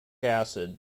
acid